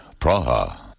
Praha